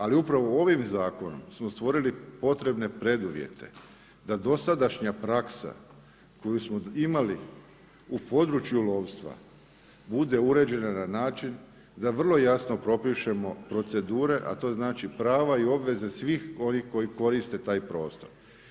Ali upravo ovim zakonom smo stvorili potrebne preduvjete da dosadašnja praksa koju smo imali u području lovstva bude uređena na način da vrlo jasno propišemo procedure, a to znači prava i obveze svih koji koriste taj prostor.